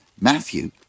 Matthew